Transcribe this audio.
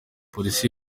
polisi